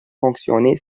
fonctionner